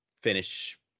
finish